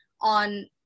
on